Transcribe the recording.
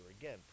again